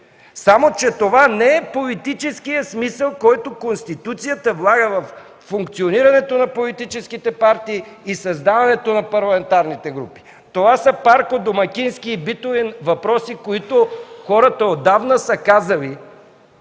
Само че това не е политическият смисъл, който Конституцията влага във функционирането на политическите партии и създаването на парламентарните групи. Това са парко-домакински и битови въпроси, които хората отдавна са казали,